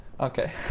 Okay